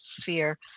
sphere